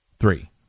Three